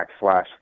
backslash